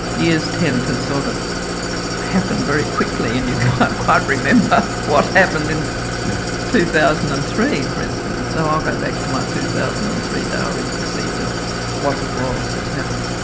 years tend to sort of happen very quickly and you can't quite remember what happened in two thousand and three for instance so i'll go back to my two thousand and three diary to see just what it was that happened.